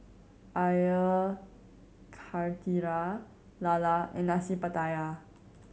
Air Karthira lala and Nasi Pattaya